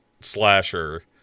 slasher